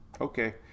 Okay